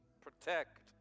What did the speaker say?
protect